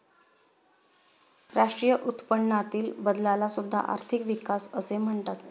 राष्ट्रीय उत्पन्नातील बदलाला सुद्धा आर्थिक विकास असे म्हणतात